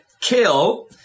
kill